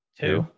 two